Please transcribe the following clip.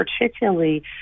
particularly